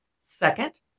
Second